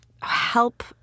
help